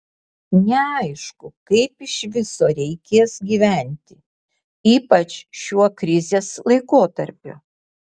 neaišku kaip iš viso reikės gyventi ypač šiuo krizės laikotarpiu